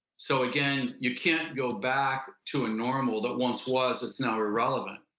so again, you can't go back to a normal that once was that's now irrelevant.